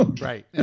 right